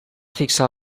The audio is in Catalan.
fixar